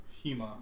Hema